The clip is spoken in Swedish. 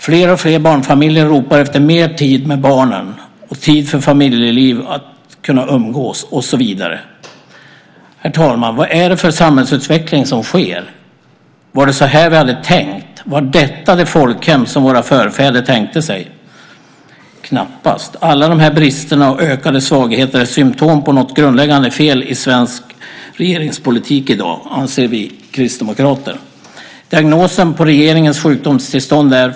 Fler och fler barnfamiljer ropar efter mer tid med barnen och mer tid för familjeliv för att kunna umgås, och så vidare. Herr talman! Vad är det för samhällsutveckling? Var det så här vi hade tänkt? Är detta det folkhem som våra förfäder tänkte sig? Knappast. Alla bristerna och de ökade svagheterna är symtom på något grundläggande fel i svensk regeringspolitik i dag, anser vi kristdemokrater. Diagnosen på regeringens sjukdomstillstånd är följande.